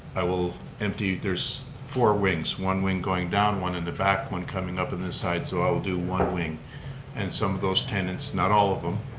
i will empty there's four wings. one wing going down one in the back, one coming up in this side so i'll do one wing and some of those tenants not all of them,